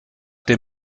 der